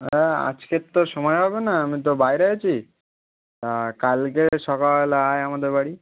হ্যাঁ আজকে তো সময় হবে না আমি তো বাইরে আছি কালকে সকাল আয় আমাদের বাড়ি